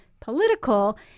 political